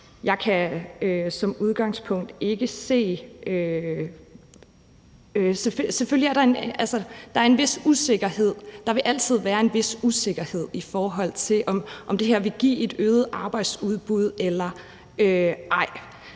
der en vis usikkerhed, og der vil altid være en vis usikkerhed, i forhold til om det her vil give et øget arbejdsudbud eller ej.